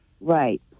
Right